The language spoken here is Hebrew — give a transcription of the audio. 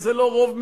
שזה לא רוב מקרי,